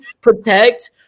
Protect